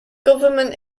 government